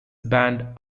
band